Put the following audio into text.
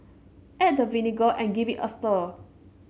add the vinegar and give it a stir